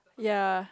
ya